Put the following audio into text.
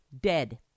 Dead